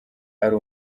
ari